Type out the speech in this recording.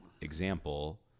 example